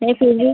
ऐसे नहीं